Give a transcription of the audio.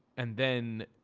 and then.